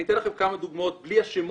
אני אתן לכם כמה דוגמאות בלי השמות.